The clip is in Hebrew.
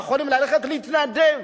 יכולים ללכת להתנדב,